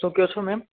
શું કયો છો મેમ